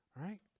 right